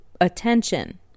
Attention